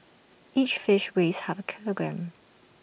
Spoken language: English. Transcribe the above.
each fish weighs half A kilogram